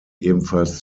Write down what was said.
ebenfalls